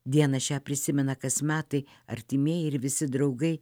dieną šią prisimena kas metai artimieji ir visi draugai